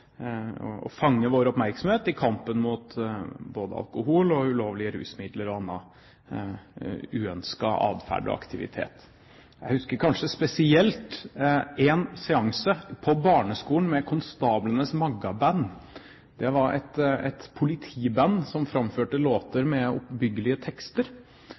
å fange vår oppmerksomhet i kampen mot både alkohol, ulovlige rusmidler og annen uønsket atferd og aktivitet. Jeg husker kanskje spesielt en seanse på barneskolen med Konstablenes Maggaband. Det var et politiband som framførte låter med oppbyggelige tekster.